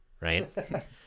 right